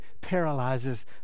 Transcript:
paralyzes